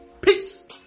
Peace